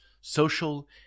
social